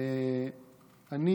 אני